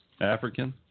African